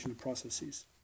processes